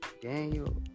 Daniel